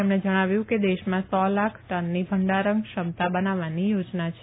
તેમણે જણાવ્યું કે દેશમાં સો લાખ ટનની ભંડારણ ક્ષમતા બનાવવાની યોજના છે